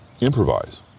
improvise